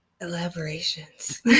Elaborations